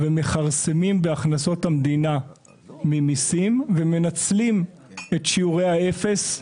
ומכרסמים בהכנסות המדינה ממיסים ומנצלים את שיעורי האפס.